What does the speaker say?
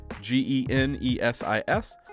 G-E-N-E-S-I-S